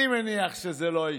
אני מניח שזה לא יקרה.